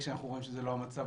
כשאנחנו רואים שזה לא המצב,